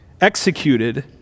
executed